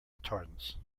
retardants